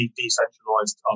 decentralized